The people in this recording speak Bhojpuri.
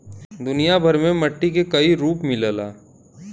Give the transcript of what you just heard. दुनिया भर में मट्टी के कई रूप मिलला